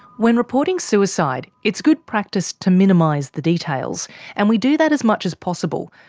when reporting suicide, it's good practice to minimise the details and we do that as much as possible,